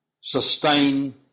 sustain